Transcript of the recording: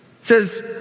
says